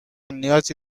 نیازی